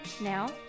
Now